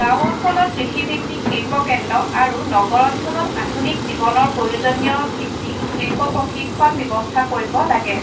গাঁও অঞ্চলত কৃষিভিত্তিক শিল্পকেন্দ্ৰ আৰু আৰু নগৰ অঞ্চলত আধুনিক জীৱনৰ প্ৰয়োজনীয়ভিত্তিক শিল্প প্ৰশিক্ষণ ব্যৱস্থা কৰিব লাগে